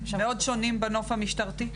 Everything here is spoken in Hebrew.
מאוד שונים בנוף המשטרתי,